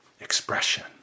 expression